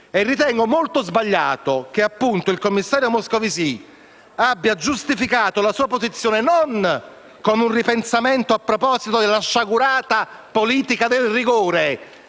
e ritengo estremamente sbagliato che il commissario Moscovici abbia giustificato la sua posizione non con un ripensamento a proposito della sciagurata politica del rigore,